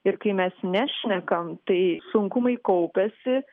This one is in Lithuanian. ir kai mes nešnekam tai sunkumai kaupiasi